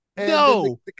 No